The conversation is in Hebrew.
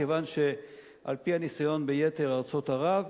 כיוון שעל-פי הניסיון ביתר ארצות ערב,